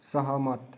सहमत